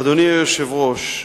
אדוני היושב-ראש,